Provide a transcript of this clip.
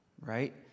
right